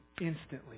instantly